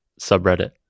subreddit